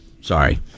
Sorry